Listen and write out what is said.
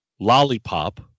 Lollipop